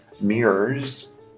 Mirrors